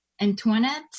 Antoinette